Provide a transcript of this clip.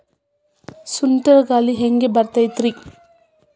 ಸುಂಟರ್ ಗಾಳಿ ಹ್ಯಾಂಗ್ ಬರ್ತೈತ್ರಿ?